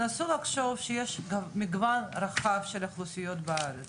תנסו לחשוב שיש מגוון רחב של אוכלוסיות בארץ